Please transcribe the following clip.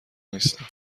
نیستم